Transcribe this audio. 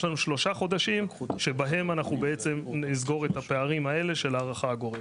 יש לנו שלושה חודשים שבהם אנחנו נסגור את הפערים של הארכה הגורפת.